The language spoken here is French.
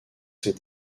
ses